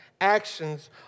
Actions